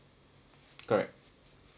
correct